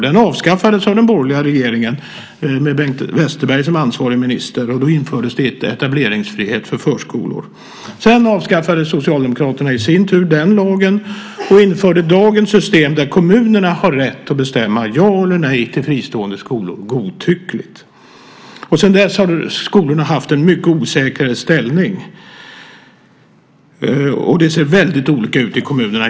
Den avskaffades av den borgerliga regeringen med Bengt Westerberg som ansvarig minister, och etableringsfrihet för förskolor infördes. Sedan avskaffade Socialdemokraterna i sin tur den lagen och införde dagens system där kommunerna har rätt att säga ja eller nej till fristående förskolor godtyckligt. Sedan dess har dessa förskolor haft en mycket osäkrare ställning. Det ser väldigt olika ut i kommunerna.